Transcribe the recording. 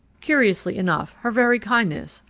curiously enough, her very kindness,